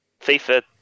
FIFA